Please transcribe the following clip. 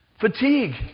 fatigue